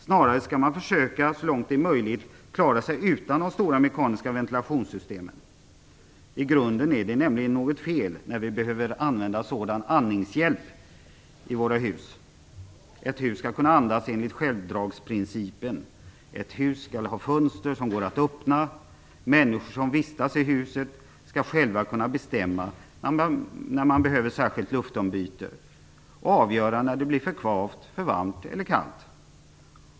Snarare skall man försöka att så långt det är möjligt klara sig utan de stora mekaniska ventilationssystemen. I grunden är det nämligen något som är fel, eftersom vi behöver använda sådan andningshjälp i våra hus. Ett hus skall kunna andas genom självdragsprincipen. Ett hus skall ha fönster som går att öppna. Människor som vistas i huset skall själva kunna bestämma när de behöver särskilt luftombyte och avgöra när det blir för kvavt, för varm eller för kallt.